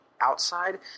outside